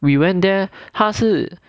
we went there 他是